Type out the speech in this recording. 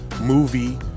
movie